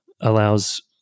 allows